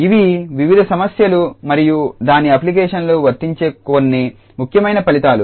ఇవి వివిధ సమస్యలు మరియు దాని అప్లికేషన్లకు వర్తించే కొన్ని ముఖ్యమైన ఫలితాలు